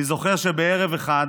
אני זוכר שבערב אחד,